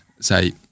say